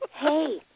Hey